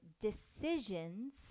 decisions